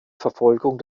verfolgung